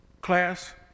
Class